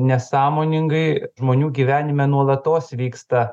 nesąmoningai žmonių gyvenime nuolatos vyksta